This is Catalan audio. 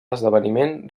esdeveniment